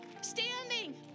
standing